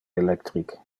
electric